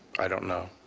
i don't know.